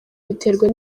biterwa